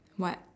what